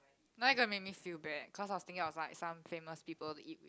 now you gonna make me feel bad cause I was thinking of like some famous people to eat with